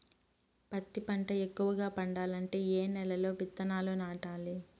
పత్తి పంట ఎక్కువగా పండాలంటే ఏ నెల లో విత్తనాలు నాటాలి?